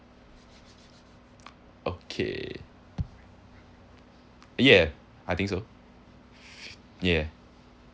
okay yeah I think so yeah